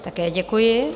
Také děkuji.